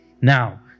Now